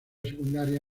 secundaria